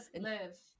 live